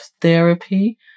therapy